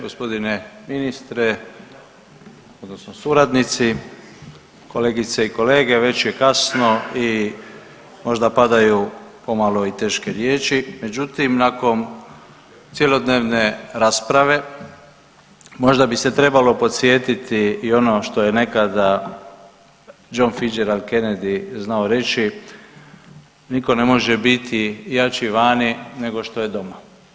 Gospodine ministre odnosno suradnici, kolegice i kolege već je kasno i možda padaju pomalo i teške riječi, međutim nakon cjelodnevne rasprave možda bi se trebalo podsjetiti i ono što je nekada John Fitzgerald Kennedy znao reći, nitko ne može biti jači vani nego što je doma.